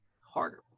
Harder